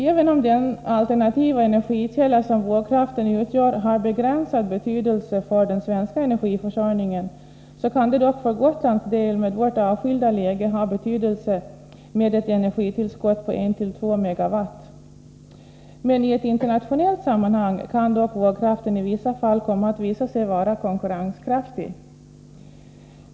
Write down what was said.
Även om den alternativa energikälla som vågkraften utgör har begränsad betydelse för den svenska energiförsörjningen, kan det för Gotlands del med vårt avskilda läge ha betydelse med ett energitillskott på 1-2 MW. I ett internationellt sammanhang kan dock vågkraften i vissa fall komma att visa sig vara konkurrenskraftig.